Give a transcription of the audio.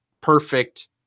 perfect